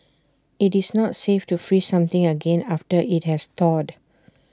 IT is not safe to freeze something again after IT has thawed